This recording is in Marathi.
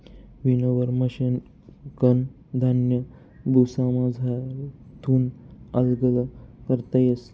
विनोवर मशिनकन धान्य भुसामझारथून आल्लग करता येस